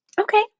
Okay